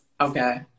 okay